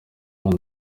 hano